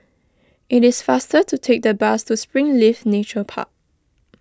it is faster to take the bus to Springleaf Nature Park